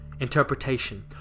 Interpretation